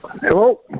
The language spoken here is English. Hello